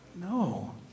No